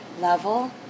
level